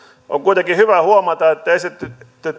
on kuitenkin hyvä huomata että esitetty